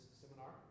seminar